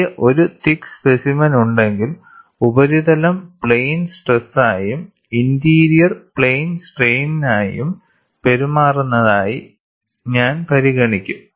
എനിക്ക് ഒരു thick specimen ഉണ്ടെങ്കിൽ ഉപരിതലം പ്ലെയിൻ സ്ട്രെസ്സായും ഇന്റീരിയർ പ്ലെയിൻ സ്ട്രെയിനായും പെരുമാറുന്നതായി ഞാൻ പരിഗണിക്കും